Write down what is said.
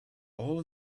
all